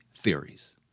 theories